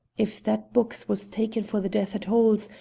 if that box was taken for the death it holds,